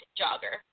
jogger